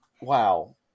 wow